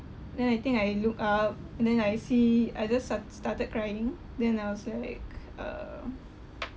then I think I looked up and then I see I just sta~ started crying then I was like uh